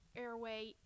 airway